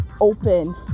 open